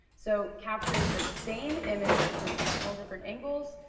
so capture the same image from several different angles,